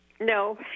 no